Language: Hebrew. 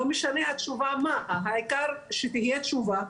לא משנה מה התשובה, העיקר שתהיה תשובה.